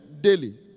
daily